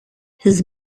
his